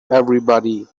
everybody